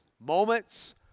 Moments